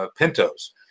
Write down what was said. Pintos